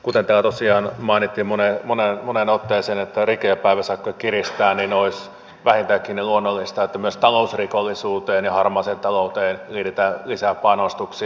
kuten täällä tosiaan mainittiin moneen otteeseen rike ja päiväsakkoja kiristetään joten olisi vähintäänkin luonnollista että myös talousrikollisuuteen ja harmaaseen talouteen liitetään lisää panostuksia